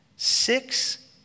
Six